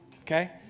okay